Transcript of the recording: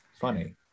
funny